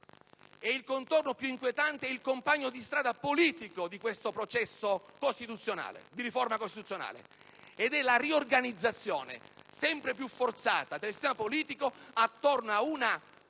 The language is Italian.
E il contorno più inquietante è il compagno di strada politico di questo processo di riforma costituzionale, vale a dire la riorganizzazione, sempre più forzata, del sistema politico attorno ad un